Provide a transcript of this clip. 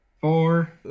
four